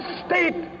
state